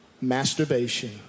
Masturbation